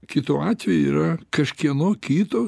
kitu atveju yra kažkieno kito